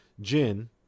Jin